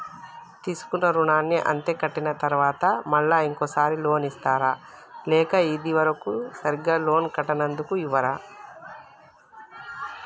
తీసుకున్న రుణాన్ని అత్తే కట్టిన తరువాత మళ్ళా ఇంకో సారి లోన్ ఇస్తారా లేక ఇది వరకు సరిగ్గా లోన్ కట్టనందుకు ఇవ్వరా?